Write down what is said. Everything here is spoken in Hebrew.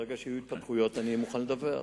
ברגע שיהיו התפתחויות, אני מוכן לדווח.